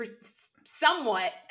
somewhat